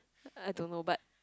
I don't know but